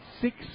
Six